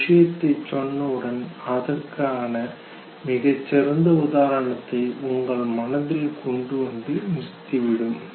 ஒரு விஷயத்தை சொன்னவுடன் அதற்கான மிகச் சிறந்த உதாரணத்தை உங்கள் மனதில் கொண்டு வந்து நிறுத்திவிடும்